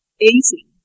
easy